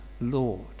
Lord